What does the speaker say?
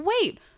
wait